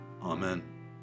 Amen